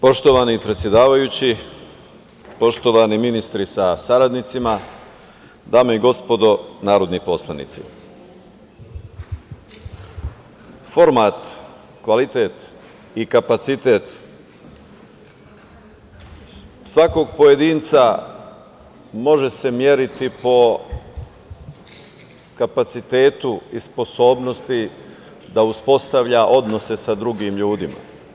Poštovani predsedavajući, poštovani ministri sa saradnicima, dame i gospodo narodni poslanici, format, kvalitet i kapacitet svakog pojedinca može se meriti po kapacitetu i sposobnosti da uspostavlja odnose sa drugim ljudima.